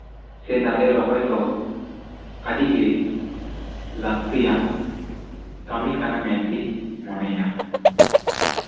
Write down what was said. ᱪᱮ ᱫᱟᱨᱮ ᱨᱚᱦᱚᱭ ᱫᱚ ᱟᱹᱰᱤᱜᱮ ᱞᱟᱹᱠᱛᱤᱭᱟᱱ ᱠᱟᱹᱢᱤ ᱠᱟᱱᱟ ᱢᱮᱱᱛᱤᱧ ᱢᱚᱱᱮᱭᱟ